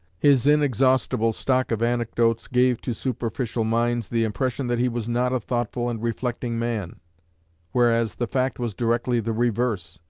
his inexhaustible stock of anecdotes gave to superficial minds the impression that he was not a thoughtful and reflecting man whereas the fact was directly the reverse.